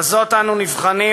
בזאת אנו נבחנים,